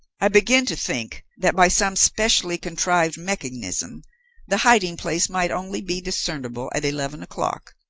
i began to think that by some specially contrived mechanism the hiding-place might only be discernible at eleven o'clock,